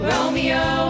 Romeo